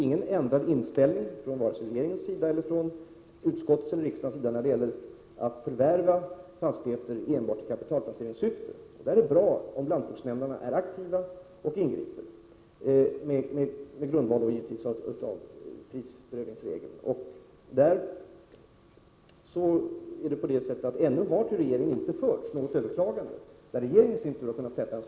Varken regeringen, utskottet eller riksdagen har ändrat inställning i fråga om förvärv av fastigheter i enbart kapitalplaceringssyfte. Det är bra om lantbruksnämnderna är aktiva när det gäller att tillämpa prisprövningsregeln. Ännu har det till regeringen inte inkommit något överklagande, så att regeringen kunnat ange någon praxis.